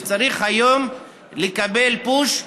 והוא צריך היום לקבל פוש,